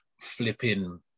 flipping